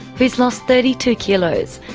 who has lost thirty two kilos,